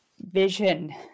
vision